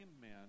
man